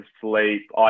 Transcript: sleep